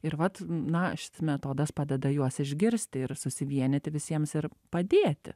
ir vat na šis metodas padeda juos išgirsti ir susivienyti visiems ir padėti